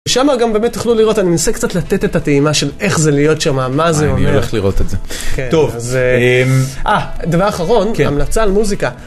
ושם גם באמת יוכלו לראות, אני מנסה קצת לתת את הטעימה של איך זה להיות שם, מה זה אומר. אני הולך לראות את זה. טוב, אה, דבר אחרון, המלצה על מוזיקה.